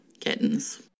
Kittens